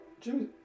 Jimmy